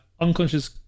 unconscious